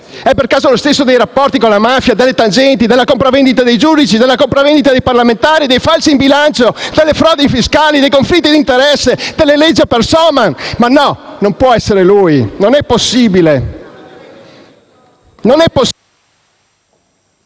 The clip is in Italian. è per caso lo stesso della P2, dei rapporti con la mafia, delle tangenti, della compravendita dei giudici, della compravendita di parlamentari, dei falsi in bilancio, delle frodi fiscali, dei conflitti di interesse, delle leggi *ad personam*? No, non può essere lui, non è possibile.